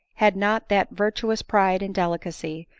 had not that virtuous pride and delicacy,